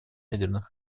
ядерных